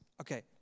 Okay